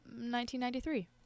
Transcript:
1993